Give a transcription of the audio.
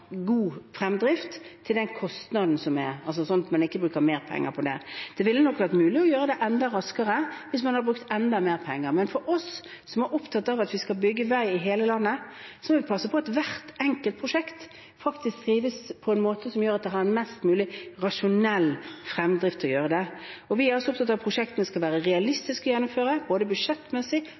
man ikke bruker mer penger på det. Det ville nok vært mulig å gjøre det enda raskere hvis man hadde brukt enda mer penger. Men vi som er opptatt av at vi skal bygge vei i hele landet, må passe på at hvert enkelt prosjekt faktisk drives på en måte som gir mest mulig rasjonell fremdrift. Vi er også opptatt av at prosjektene skal være realistiske å gjennomføre, både budsjettmessig,